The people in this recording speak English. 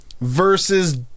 versus